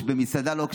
מתרשם, לא,